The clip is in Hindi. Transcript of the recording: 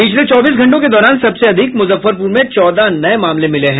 पिछले चौबीस घंटों के दौरान सबसे अधिक मुजफ्फरपुर में चौदह नये मामले मिले हैं